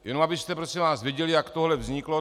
Jenom abyste prosím vás věděli, jak tohle vzniklo.